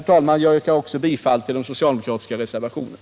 Jag yrkar också bifall till de socialdemokratiska reservationerna.